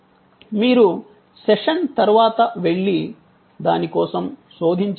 మీరు సెషన్ తర్వాత వెళ్లి దాని కోసం శోధించవచ్చు